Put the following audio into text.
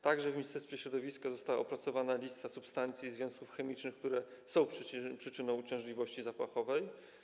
Także w Ministerstwie Środowiska została opracowana lista substancji i związków chemicznych, które są przyczyną uciążliwości zapachowej.